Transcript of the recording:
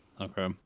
okay